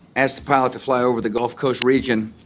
asked the pilot to fly over the gulf coast region,